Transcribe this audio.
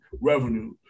revenue